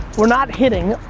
we're not hitting.